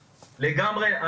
לגמרי.